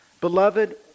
Beloved